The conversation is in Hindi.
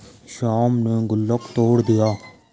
श्याम ने गुल्लक तोड़ दिया